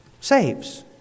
saves